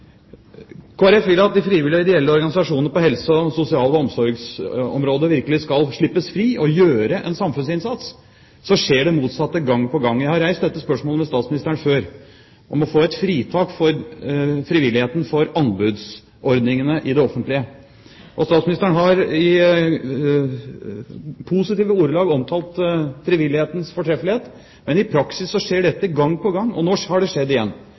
vil at de frivillige og ideelle organisasjonene på helse-, sosial- og omsorgsområdet virkelig skal slippes fri og gjøre en samfunnsinnsats. Så skjer det motsatte gang på gang. Jeg har reist dette spørsmålet overfor statsministeren før, om å få et fritak for frivilligheten fra anbudsordningene i det offentlige. Statsministeren har i positive ordelag omtalt frivillighetens fortreffelighet, men i praksis skjer dette gang på gang – og nå har det skjedd igjen: